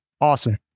awesome